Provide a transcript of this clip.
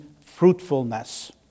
fruitfulness